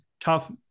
tough